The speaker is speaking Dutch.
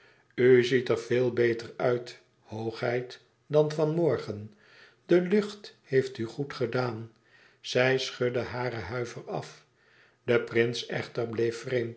ziet er veel beter uit hoogheid dan van morgen de lucht heeft u goed gedaan zij schudde haren huiver af de prins echter bleef